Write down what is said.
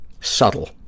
subtle